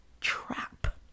trap